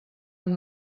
amb